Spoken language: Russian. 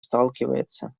сталкивается